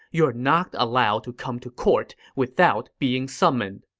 you are not allowed to come to court without being summoned.